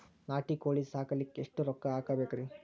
ನಾಟಿ ಕೋಳೀ ಸಾಕಲಿಕ್ಕಿ ಎಷ್ಟ ರೊಕ್ಕ ಹಾಕಬೇಕ್ರಿ?